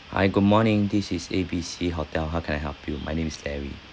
hi good morning this is A_B_C hotel how can I help you my name is larry